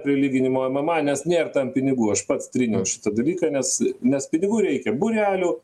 prilyginimo mma nes nėr tam pinigų aš pats tryniau šitą dalyką nes nes pinigų reikia būrelių